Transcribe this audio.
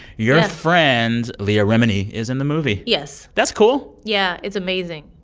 your friend, leah remini, is in the movie yes that's cool yeah. it's amazing.